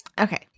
Okay